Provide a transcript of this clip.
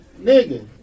nigga